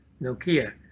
Nokia